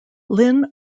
linn